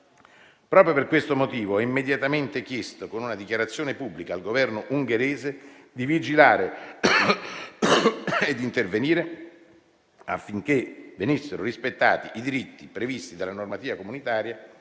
Proprio per questo motivo ho immediatamente chiesto con una dichiarazione pubblica al Governo ungherese di vigilare e intervenire affinché venissero rispettati i diritti della cittadina italiana